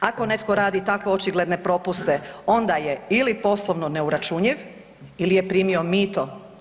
Ako netko radi tako očigledne propuste onda je ili poslovno neuračunljiv ili je primio mito.